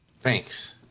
Thanks